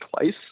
twice